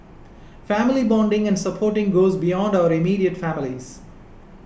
family bonding and supporting goes beyond our immediate families